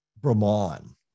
Brahman